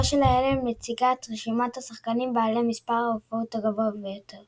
שלהלן מציגה את רשימת השחקנים בעלי מספר ההופעות הגבוה ביותר